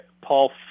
Paul